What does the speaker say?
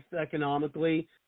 economically